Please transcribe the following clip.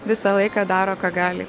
visą laiką daro ką gali